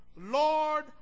Lord